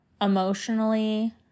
emotionally